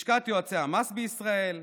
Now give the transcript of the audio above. לשכת יועצי המס בישראל,